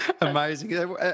Amazing